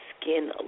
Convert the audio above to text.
skin